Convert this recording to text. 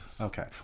Okay